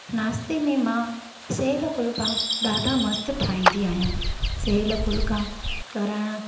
नाश्ते में मां सेयल फुलका ॾाढा मस्त ठाहींदी आहियां सेयल फुलका करणु